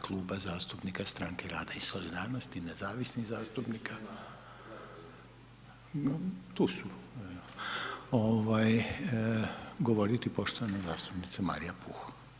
Kluba zastupnika Stranke rada i solidarnosti i nezavisnih zastupnika …… [[Upadica sa strane, ne razumije se.]] tu su, govoriti poštovana zastupnica Marija Puh.